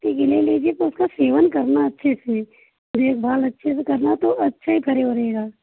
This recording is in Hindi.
ठीक है ले लीजिए तो उसका सेवन करना अच्छे से देखभाल अच्छे से करना तो अच्छा करे वगैरह